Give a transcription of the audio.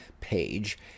page